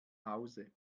hause